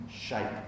shape